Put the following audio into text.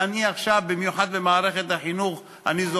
אני עכשיו במיוחד במערכת החינוך,